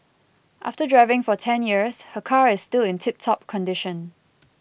after driving for ten years her car is still in tip top condition